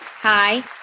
Hi